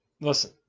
Listen